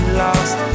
lost